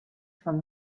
from